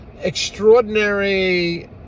extraordinary